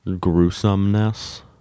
gruesomeness